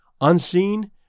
Unseen